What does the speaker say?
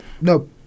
No